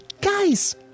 Guys